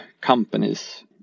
companies